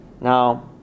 Now